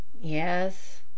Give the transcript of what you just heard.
yes